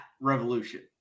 Revolution